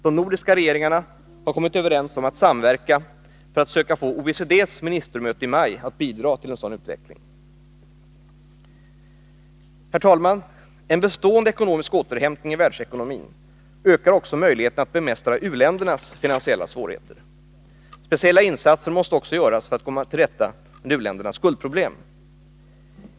De nordiska regeringarna har kommit överens om att samverka för att söka få OECD:s ministermöte i maj att bidra till en sådan utveckling. Herr talman! En bestående ekonomisk återhämtning i världsekonomin ökar också möjligheterna att bemästra u-ländernas finansiella svårigheter. Speciella insatser måste också göras för att komma till rätta med u-ländernas skuldproblem.